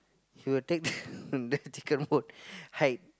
he will take the chicken bone hide